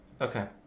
Okay